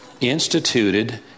instituted